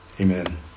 Amen